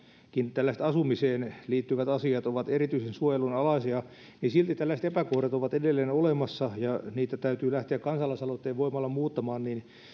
tällaiset asumiseen liittyvät asiat ovat erityisen suojelunalaisia silti tällaiset epäkohdat ovat edelleen olemassa ja niitä täytyy lähteä kansalaisaloitteen voimalla muuttamaan